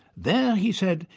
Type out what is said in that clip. there, he said,